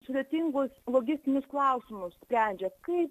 sudėtingus logistinius klausimus sprendžia kaip